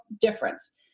difference